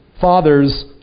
father's